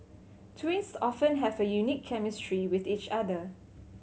twins often have a unique chemistry with each other